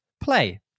play